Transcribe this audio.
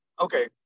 okay